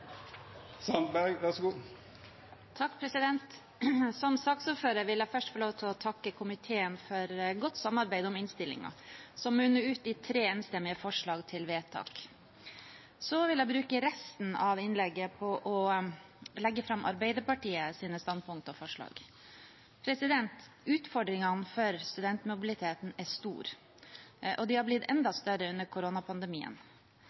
munner ut i tre enstemmige forslag til vedtak. Så vil jeg bruke resten av innlegget på å legge fram Arbeiderpartiets standpunkt og forslag. Utfordringene for studentmobiliteten er store, og de har blitt